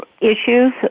issues